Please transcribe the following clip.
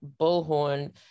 bullhorn